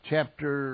Chapter